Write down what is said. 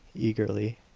eagerly.